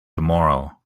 tomorrow